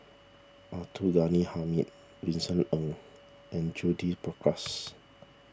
Abdul Ghani Hamid Vincent Ng and Judith Prakash